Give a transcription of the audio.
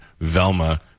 Velma